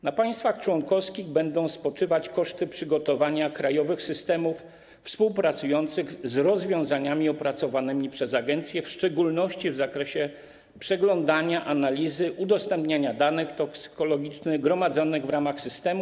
Na państwach członkowskich będą spoczywać koszty przygotowania krajowych systemów współpracujących z rozwiązaniami opracowanymi przez agencję, w szczególności w zakresie przeglądania, analizy, udostępniania danych toksykologicznych gromadzonych w ramach systemu.